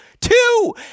two